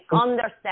understand